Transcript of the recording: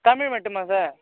தமிழ் மட்டுமா சார்